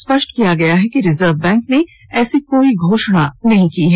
स्पष्ट किया गया है कि रिजर्व बैंक ने ऐसी कोई घोषणा नहीं की है